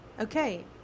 okay